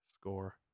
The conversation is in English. score